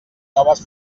noves